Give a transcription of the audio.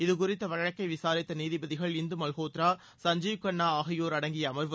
இதுகுறித்த வழக்கை விசாரித்த நீதிபதிகள் இந்து மல்கோத்ரா சஞ்சீவ் கண்ணா ஆகியோர் அடங்கிய அமர்வு